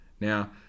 Now